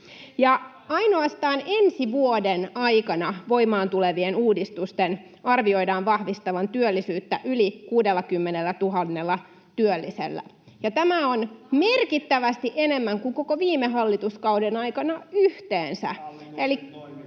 Ainoastaan ensi vuoden aikana voimaan tulevien uudistusten arvioidaan vahvistavan työllisyyttä yli 60 000 työllisellä, ja tämä on merkittävästi enemmän kuin koko viime hallituskauden aikana yhteensä. [Ben